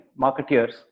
marketeers